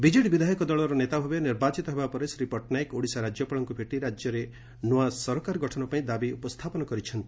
BJD ବିଧାୟକ ଦଳର ନେତା ଭାବେ ନିର୍ବାଚିତ ହେବା ପରେ ଶ୍ରୀ ପଟ୍ଟନାୟକ ଓଡ଼ିଶା ରାଜ୍ୟପାଳଙ୍କ ଭେଟି ରାଜ୍ୟରେ ନ୍ୱଆ ସରକାର ଗଠନ ପାଇଁ ଦାବି ଉପସ୍ଥାପନ କରିଛନ୍ତି